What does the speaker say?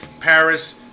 Paris